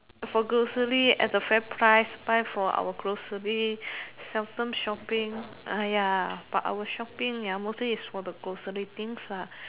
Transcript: for grocery at the Fairprice buy for our grocery seldom shopping ah ya but our shopping ya mostly is for the grocery things lah